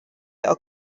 are